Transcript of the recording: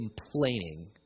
complaining